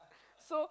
so